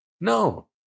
No